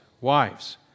wives